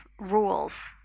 rules